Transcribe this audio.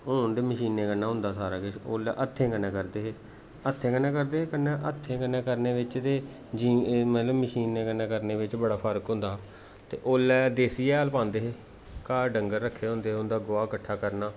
हून ते मशीनें कन्नै होंदा सारा किश ओल्लै हत्थें कन्नै करदे हे हत्थें कन्नै करदे हे ते हत्थें कन्नै करने बिच्च ते मतलब मशीनें कन्नै करने बिच्च बड़ा फर्क होंदा हा ते ओल्लै देसी हैल पांदे हे घर डंगर रक्खे दे होंदे हे उं'दा गोआ कट्ठा करना